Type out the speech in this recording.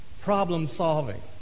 problem-solving